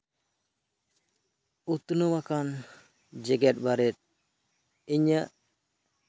ᱩᱛᱱᱟᱹᱣ ᱟᱠᱟᱱ ᱡᱮᱸᱜᱮᱛ ᱵᱟᱨᱮᱫ ᱤᱧᱟᱹᱜ